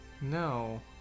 No